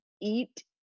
eat